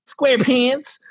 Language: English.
SquarePants